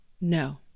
No